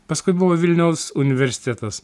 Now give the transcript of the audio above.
paskui buvo vilniaus universitetas